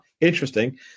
interesting